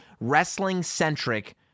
wrestling-centric